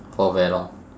for very long